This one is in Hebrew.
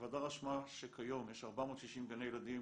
הוועדה רשמה שכיום יש 460 גני ילדים